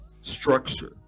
structure